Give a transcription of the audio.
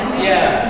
yeah.